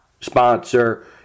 sponsor